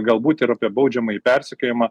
galbūt ir apie baudžiamąjį persekiojimą